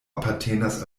apartenas